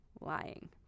Lying